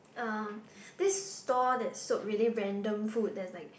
uh this stall that sold really random food that's like